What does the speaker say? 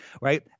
right